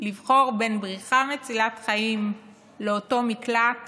לבחור בין בריחה מצילת חיים לאותו למקלט